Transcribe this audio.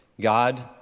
God